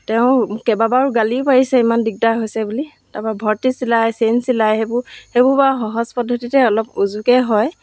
তেওঁ কেইবাবাৰো গালিও পাৰিছে ইমান দিগদাৰ হৈছে বুলি তাৰপৰা ভৰ্তি চিলাই চেইন চিলাই সেইবোৰ সেইবোৰ বাৰু সহজ পদ্ধতিতে অলপ উজুকৈ হয়